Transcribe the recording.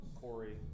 Corey